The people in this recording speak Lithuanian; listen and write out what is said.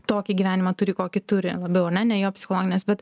tokį gyvenimą turi kokį turi labiau ar ne jo psichologinės bet